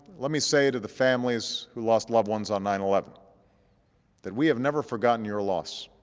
let me say to the families who lost loved ones on nine eleven that we have never forgotten your loss,